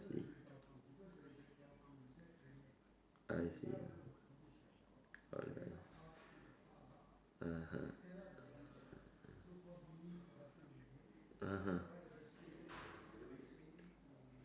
I see ah (uh huh) (uh huh)